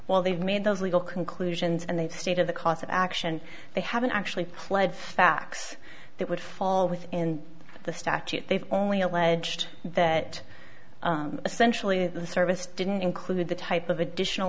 they've made those legal conclusions and they've state of the cause of action they haven't actually pled facts that would fall within the statute they've only alleged that essentially the service didn't include the type of additional